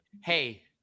Hey